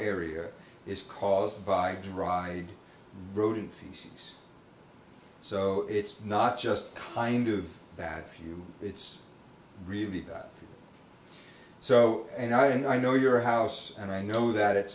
area is caused by dry rodent feces so it's not just kind of bad for you it's really the bat so and i know your house and i know that at